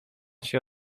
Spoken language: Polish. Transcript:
się